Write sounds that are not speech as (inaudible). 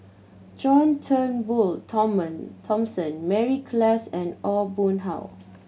John Turnbull (unintelligible) Thomson Mary Klass and Aw Boon Haw